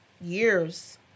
years